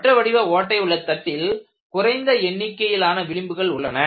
வட்ட வடிவ ஓட்டை உள்ள தட்டில் குறைந்த எண்ணிக்கையிலான விளிம்புகள் உள்ளன